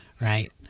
right